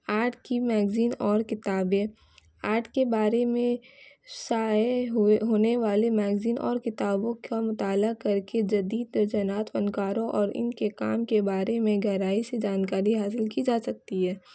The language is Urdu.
آرٹ کی میگزین اور کتابیں آرٹ کے بارے میں شائع ہوئے ہونے والے میگزین اور کتابوں کا مطالعہ کر کے جدید رجانات فنکاروں اور ان کے کام کے بارے میں گہرائی سے جانکاری حاصل کی جا سکتی ہے